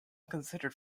considered